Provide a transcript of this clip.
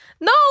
No